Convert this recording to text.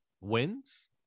wins